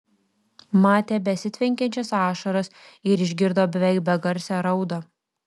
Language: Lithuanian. matė besitvenkiančias ašaras ir išgirdo beveik begarsę raudą